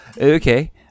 Okay